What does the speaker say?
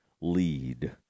lead